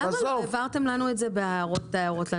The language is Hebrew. למה לא העברתם לנו את זה בהערות לנוסח?